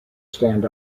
stand